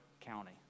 county